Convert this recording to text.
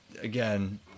again